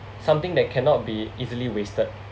something that cannot be easily wasted